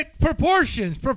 Proportions